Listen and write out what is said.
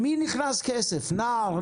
נערים?